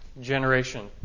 generation